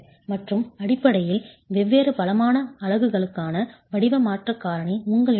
மற்றும் அடிப்படையில் வெவ்வேறு பலமான அலகுகளுக்கான வடிவ மாற்றக் காரணி உங்களிடம் உள்ளது